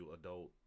adult